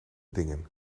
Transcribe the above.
dingen